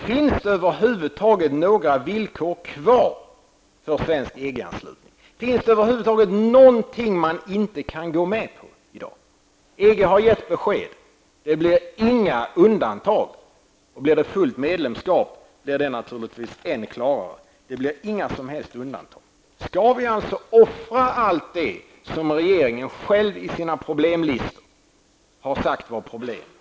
Finns det över huvud taget några villkor kvar för svensk EG-anslutning? Finns det över huvud taget något man inte kan gå med på i dag? EG har gett besked. Det blir inga undantag. Blir det fullt medlemskap är det naturligtvis ännu klarare att det inte görs några undantag. Skall vi offra allt det som regeringen själv i sina problemlistor har angett som problem?